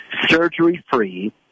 surgery-free